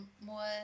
more